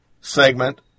segment